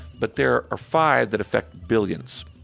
but there are five that affect billions.